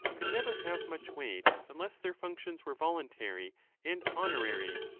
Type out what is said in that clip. could never have much weight unless their functions were voluntary and honorary.